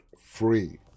free